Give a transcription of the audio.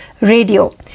radio